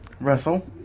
Russell